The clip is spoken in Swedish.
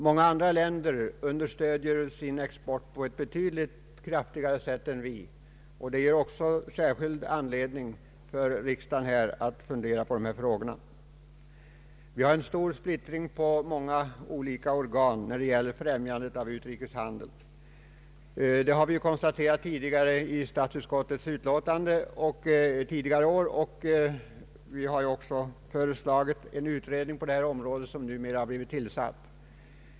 Många andra länder understöder sin export på ett betydligt kraftigare sätt än vi. Det ger också särskild anledning för riksdagen att här fundera på dessa frågor. Det råder stor splittring på många olika organ, när det gäller främjandet av utrikeshandeln, det har vi kunnat konstatera i statsutskottets utlåtanden under tidigare år. Vi har också föreslagit en utredning på området, vilken numera har blivit tillsatt.